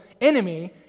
enemy